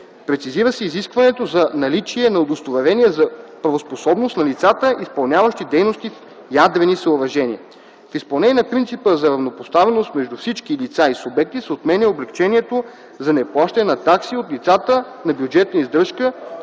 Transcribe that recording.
Прецизира се изискването за наличие на удостоверение за правоспособност на лицата, изпълняващи дейности в ядрени съоръжения. В изпълнение на принципа за равнопоставеност между всички лица и субекти се отменя облекчението за неплащане на такси от лицата на бюджетна издръжка,